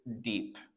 deep